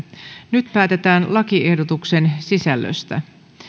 nyt päätetään lakiehdotuksen sisällöstä